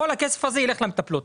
כל הכסף הזה ילך למטפלות.